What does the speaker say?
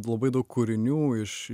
labai daug kūrinių iš